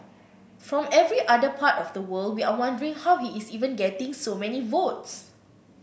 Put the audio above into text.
from every other part of the world we are wondering how he is even getting so many votes